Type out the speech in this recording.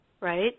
right